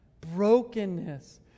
brokenness